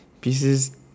Pieces